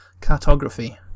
cartography